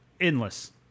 endless